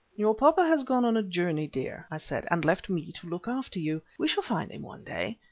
your papa has gone on a journey, dear, i said, and left me to look after you. we shall find him one day.